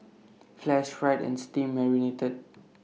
flash fried and steam marinated